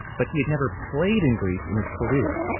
but he had never played in greece in his career.